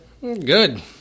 Good